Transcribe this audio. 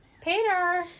Peter